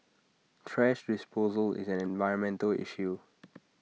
thrash disposal is an environmental issue